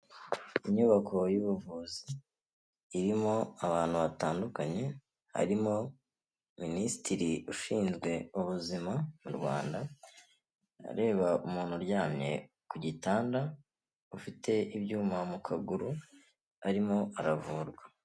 Inyubako y'ubuvuzi irimo abantu batandukanye harimo minisitiri ushinzwe ubuzima mu Rwanda areba umuntu uryamye ku gitanda ufite ibyuma mu kaguru arimo aravurwa.